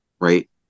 right